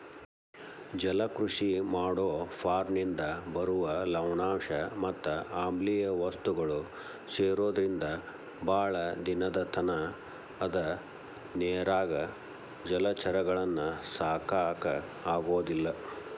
ಜಲಕೃಷಿ ಮಾಡೋ ಫಾರ್ಮನಿಂದ ಬರುವ ಲವಣಾಂಶ ಮತ್ ಆಮ್ಲಿಯ ವಸ್ತುಗಳು ಸೇರೊದ್ರಿಂದ ಬಾಳ ದಿನದತನ ಅದ ನೇರಾಗ ಜಲಚರಗಳನ್ನ ಸಾಕಾಕ ಆಗೋದಿಲ್ಲ